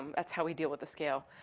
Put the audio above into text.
that's how we deal with the scale.